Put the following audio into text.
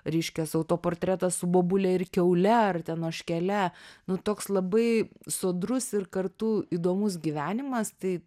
reiškias autoportretas su bobule ir kiaule ar ten ožkele nu toks labai sodrus ir kartu įdomus gyvenimas tai